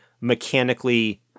mechanically